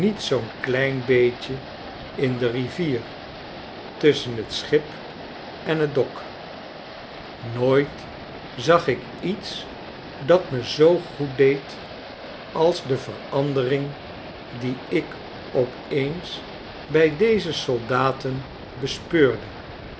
zoo'n klein beetje in de rivier tusschen j t schip en t dok nooit zag ik iets dat me zoo goeddeed als de verandering die ik op eens bij deze soldaten bespeurde